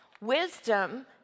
Wisdom